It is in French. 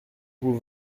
vous